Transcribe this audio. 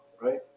right